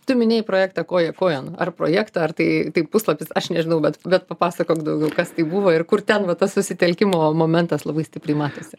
tu minėjai projektą koja kojon ar projektą ar tai puslapis aš nežinau bet bet papasakok daugiau kas tai buvo ir kur ten va tas susitelkimo momentas labai stipriai matėsi